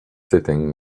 sitting